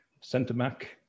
centre-back